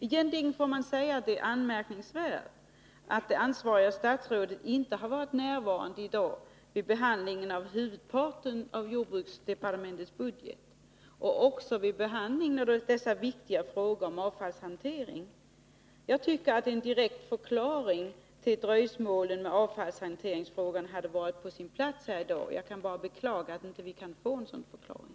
Egentligen får man säga att det är anmärkningsvärt att det ansvariga statsrådet inte har varit närvarande i dag i behandlingen av huvudparten av jordbruksdepartementets budget och vid behandlingen av dessa viktiga frågor om avfallshanteringen. Jag tycker att en direkt förklaring till dröjsmålen med avfallshanteringsfrågan hade varit på sin plats här i dag. Jag kan bara beklaga att vi inte kan få en sådan förklaring.